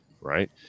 right